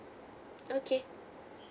okay